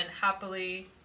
happily